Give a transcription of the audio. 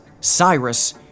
Cyrus